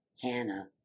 Hannah